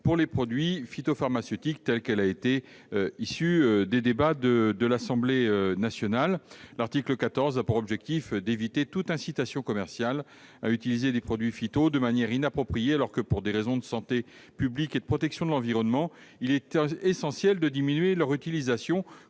pour les produits phytopharmaceutiques, telle qu'elle est issue des débats de l'Assemblée nationale. L'article 14 a pour objectif d'éviter toute incitation commerciale à utiliser des produits phytosanitaires de manière inappropriée, alors que, pour des raisons de santé publique et de protection de l'environnement, il est essentiel de diminuer l'utilisation